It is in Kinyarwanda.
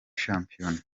shampiyona